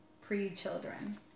pre-children